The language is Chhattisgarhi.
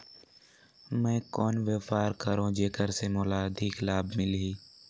मैं कौन व्यापार करो जेकर से मोला अधिक लाभ मिलही?